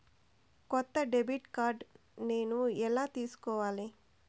కొత్త debit card నేను ఎలా తీసుకోవాలి?